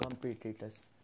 competitors